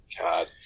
God